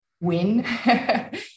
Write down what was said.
win